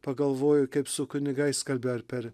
pagalvoju kaip su kunigais kalbi ar per